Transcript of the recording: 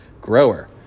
grower